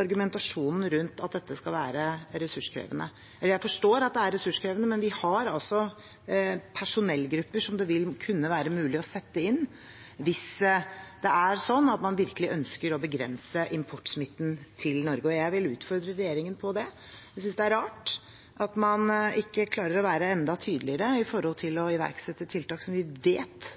argumentasjonen rundt at dette skal være ressurskrevende. Jeg forstår at det er ressurskrevende, men vi har personellgrupper som det vil kunne være mulig å sette inn hvis det er sånn at man virkelig ønsker å begrense importsmitten til Norge, og jeg vil utfordre regjeringen på det. Jeg synes det er rart at man ikke klarer å være enda tydeligere når det gjelder å iverksette tiltak som vi vet kommer til